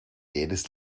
jedes